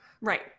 Right